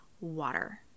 water